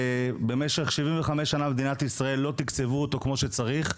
שבמשך 75 שנה במדינת ישראל לא תקצבו אותו כמו שצריך,